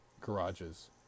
garages